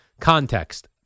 Context